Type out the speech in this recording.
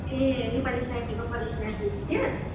ए नेपाली साहित्यको परिचयात्मक इतिहास